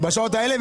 אני